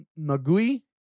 magui